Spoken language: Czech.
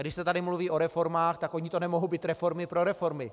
Když se tady mluví o reformách, tak ony to nemohou být reformy pro reformy.